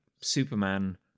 Superman